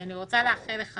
אני רוצה לאחל לך